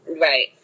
right